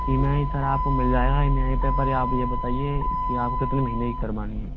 E M I sir आप को मिल जाएगा ई एम आई पर पर या आप ये बताइए कि आप को कितने महीने की करवानी है